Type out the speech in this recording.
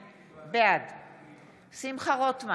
אדוני השר, היום, לבושתנו ולחרפתנו,